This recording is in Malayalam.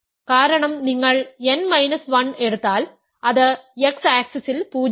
കാരണം നിങ്ങൾ n മൈനസ് 1 എടുത്താൽ അത് x ആക്സിസിൽ 0 അല്ല